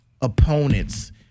opponents